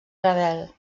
ravel